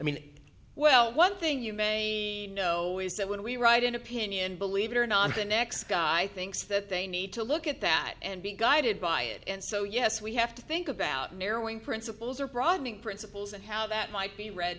mean well one thing you may know is that when we write an opinion believe it or not the next guy thinks that they need to look at that and be guided by it and so yes we have to think about narrowing principles or broadening principles and how that might be re